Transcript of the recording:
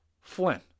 Flynn